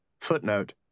Footnote